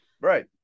Right